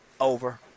Over